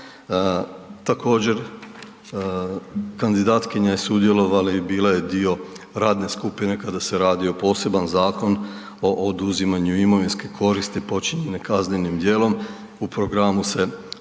Također kandidatkinja je sudjelovala i bila je dio radne skupine kada se radio poseban Zakon o oduzimanju imovinske koristi počinjene kaznenim djelom. U programu se